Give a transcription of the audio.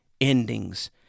endings